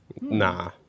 Nah